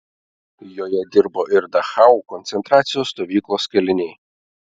joje dirbo ir dachau koncentracijos stovyklos kaliniai